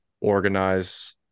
organize